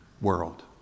world